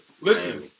Listen